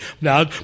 Now